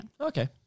Okay